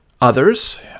others